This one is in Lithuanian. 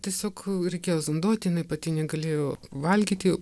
tiesiog reikėjo zonduot jinai pati negalėjo valgyti